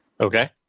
Okay